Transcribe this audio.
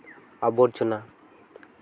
ᱟᱵᱚᱨᱡᱚᱱᱟ